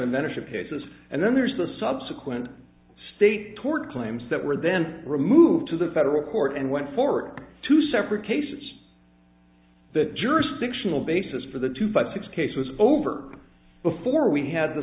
manager cases and then there's the subsequent stay toward claims that were then removed to the federal court and went forward two separate cases the jurisdictional basis for the two five six case was over before we had the